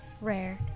rare